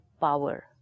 power